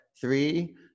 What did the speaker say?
three